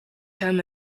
home